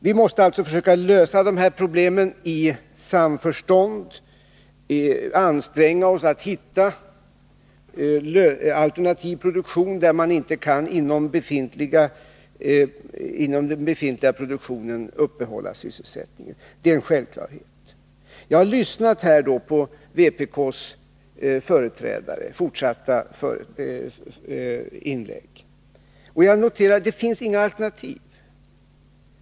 Vi måste alltså försöka lösa de här problemen i samförstånd och anstränga oss att hitta alternativ produktion i de fall då man inom den befintliga produktionen inte kan upprätthålla sysselsättningen. Detta är en självklarhet. Jag har lyssnat på de fortsatta inläggen av vpk:s företrädare och noterat att det inte finns några alternativ.